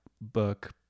Book